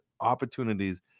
opportunities